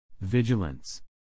Vigilance